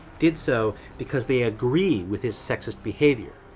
did so because they agree with his sexist behavior,